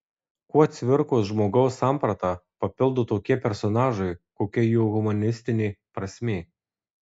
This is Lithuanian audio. kuo cvirkos žmogaus sampratą papildo tokie personažai kokia jų humanistinė prasmė